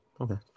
okay